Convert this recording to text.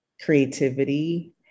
creativity